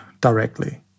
directly